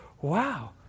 Wow